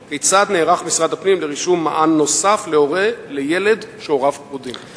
3. כיצד נערך משרד הפנים לרישום מען נוסף להורה לילד שהוריו פרודים?